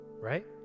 Right